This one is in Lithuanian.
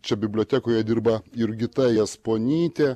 čia bibliotekoje dirba jurgita jasponytė